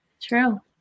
true